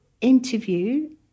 interview